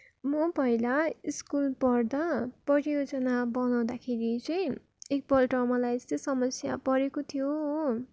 म पहिला स्कुल पढ्दा परियोजना बनाउँदाखेरि चाहिँ एकपल्ट मलाई यस्तो समस्या परेको थियो हो